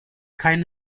kein